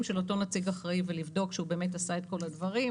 של אותו נציג אחראי ולבדוק שהוא באמת עשה את כל הדברים,